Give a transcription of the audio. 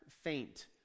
faint